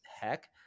heck